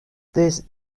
this